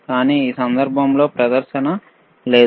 కానీ ఈ సందర్భంలో కుడి ప్రదర్శన లేదు